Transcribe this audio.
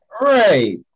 Right